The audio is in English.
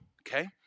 Okay